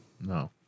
no